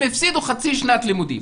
הם הפסידו חצי שנת לימודים.